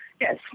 yes